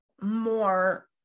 more